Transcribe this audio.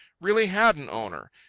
really had an owner,